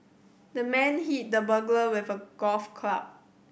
the man hit the burglar with a golf club